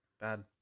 Bad